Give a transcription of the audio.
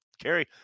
Carrie